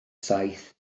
saith